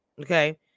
okay